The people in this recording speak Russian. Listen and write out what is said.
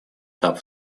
этап